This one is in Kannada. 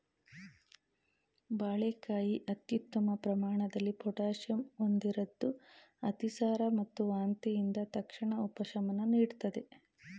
ಬಾಳೆಕಾಯಿ ಅತ್ಯುತ್ತಮ ಪ್ರಮಾಣದಲ್ಲಿ ಪೊಟ್ಯಾಷಿಯಂ ಹೊಂದಿರದ್ದು ಅತಿಸಾರ ಮತ್ತು ವಾಂತಿಯಿಂದ ತಕ್ಷಣದ ಉಪಶಮನ ನೀಡ್ತದೆ